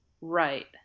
Right